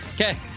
Okay